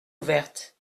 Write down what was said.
ouverte